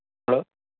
hello